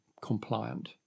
compliant